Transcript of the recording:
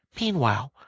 Meanwhile